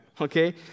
okay